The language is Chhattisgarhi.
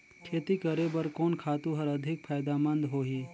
खेती करे बर कोन खातु हर अधिक फायदामंद होही?